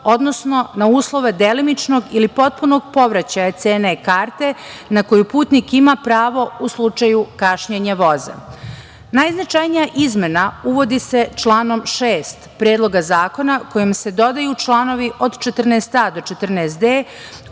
odnosno na uslove delimičnog ili potpunog povraćaja cene karte, na koju putnik ima pravo u slučaju kašnjenja voza. Najznačajnija izmena uvodi se članom 6. Predloga zakona, kojim se dodaju članovi od 14a do 14d,